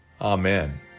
Amen